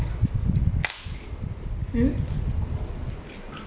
mm